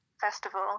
festival